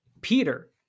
Peter